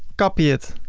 copy it